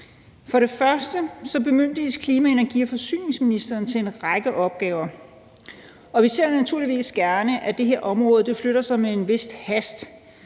For det første får klima-, energi- og forsyningsministeren bemyndigelse i en række opgaver. Vi ser naturligvis gerne, at det her område flytter sig med en vis hast,